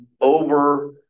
over